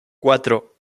cuatro